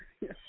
Yes